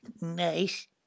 Nice